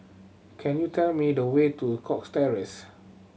can you tell me the way to Cox Terrace